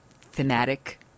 thematic